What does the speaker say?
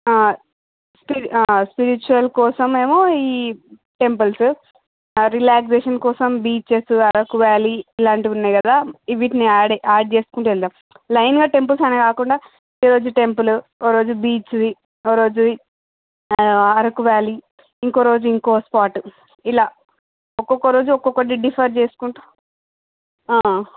స్పి spiritual కోసము ఏమో ఈ టెంపుల్సు రిలాక్సేషన్ కోసం బీచెస్ అరకు వ్యాలీ ఇలాంటివి ఉన్నాయి కదా ఇ వీటిని యాడ్ యాడ్ చేసుకుంటూ వెళ్దాం లైన్గా టెంపుల్స్ అనే కాకుండా ఈ రోజు టెంపులు ఒకరోజు బీచ్వి ఓరోజు అరకు వ్యాలీ ఇంకో రోజు ఇంకో స్పాట్ ఇలా ఒకొక్క రోజు ఒక్కొకటి డిఫర్ చేసుకుంటూ